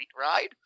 ride